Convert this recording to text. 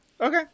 Okay